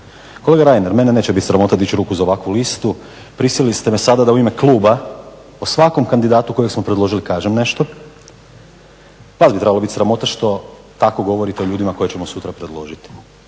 Kolega Reiner mene neće biti sramota dići ruku za ovakvu listu, prisilili ste me sada da u ime kluba o svakom kandidatu kojeg smo predložili kažem nešto. Vas bi trebalo biti sramota što tako govorite o ljudima koje ćemo sutra predložiti.